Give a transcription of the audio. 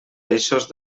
eixos